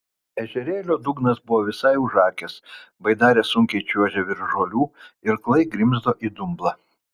ežerėlio dugnas buvo visai užakęs baidarė sunkiai čiuožė virš žolių irklai grimzdo į dumblą